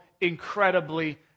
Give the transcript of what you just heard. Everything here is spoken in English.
incredibly